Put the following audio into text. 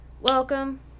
Welcome